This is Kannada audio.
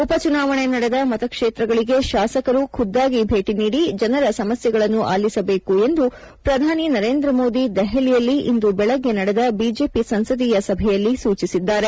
ಉಪ ಚುನಾವಣೆ ನಡೆದ ಮತಕ್ಷೇತ್ರಗಳಿಗೆ ಶಾಸಕರು ಖುದ್ದಾಗಿ ಭೇಟಿ ನೀದಿ ಜನರ ಸಮಸ್ಯೆಗಳನ್ನು ಆಲಿಸಬೇಕು ಎಂದು ಪ್ರಧಾನ ಮಂತ್ರಿ ನರೇಂದ್ರ ಮೋದಿ ದೆಹಲಿಯಲ್ಲಿ ಇಂದು ಬೆಳಗ್ಗೆ ನಡೆದ ಬಿಜೆಪಿ ಸಂಸದೀಯ ಸಭೆಯಲ್ಲಿ ಸೂಚಿಸಿದ್ದಾರೆ